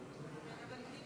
עברה.